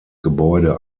gebäude